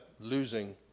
losing